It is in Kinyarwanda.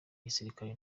gisirikare